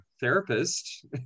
therapist